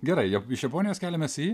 gerai jau iš japonijos keliamės į